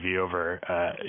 over